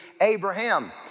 Abraham